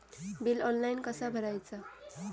Bill online कसा भरायचा?